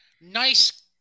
nice